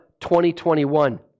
2021